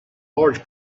large